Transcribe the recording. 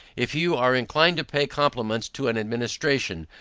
if you are inclined to pay compliments to an administration,